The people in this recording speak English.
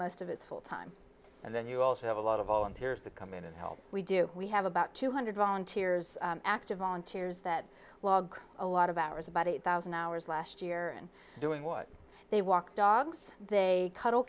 most of it's full time and then you also have a lot of volunteers that come in and help we do we have about two hundred volunteers active on tears that log a lot of hours about eight thousand hours last year and doing what they walk dogs they cu